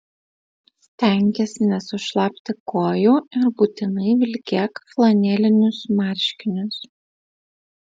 stenkis nesušlapti kojų ir būtinai vilkėk flanelinius marškinius